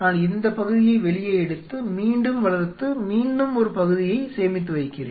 நான் இந்த பகுதியை வெளியே எடுத்து மீண்டும் வளர்த்து மீண்டும் ஒரு பகுதியை சேமித்து வைக்கிறேன்